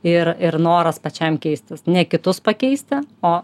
ir ir noras pačiam keistis ne kitus pakeisti o